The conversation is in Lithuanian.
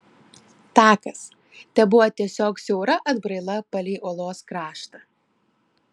takas tebuvo tiesiog siaura atbraila palei uolos kraštą